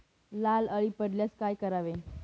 लाल अळी पडल्यास काय करावे?